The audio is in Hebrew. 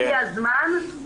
הגיע הזמן,